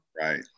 Right